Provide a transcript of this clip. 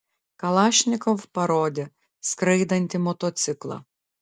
kalašnikov parodė skraidantį motociklą